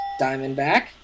Diamondback